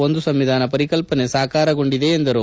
ಒಂದು ಸಂವಿಧಾನ ಪರಿಕಲ್ಲನೆ ಸಾಕಾರಗೊಂಡಿದೆ ಎಂದರು